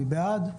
מי בעד,